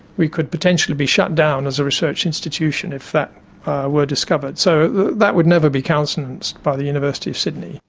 we could potentially be shut down as a research institution if that were discovered, so that would never be countenanced by the university of sydney.